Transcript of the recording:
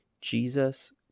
Jesus